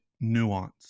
nuance